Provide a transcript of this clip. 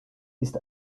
ist